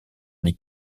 des